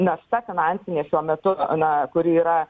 našta finansinė šiuo metu na kuri yra